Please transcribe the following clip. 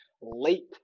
late